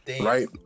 Right